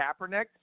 Kaepernick